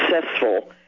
successful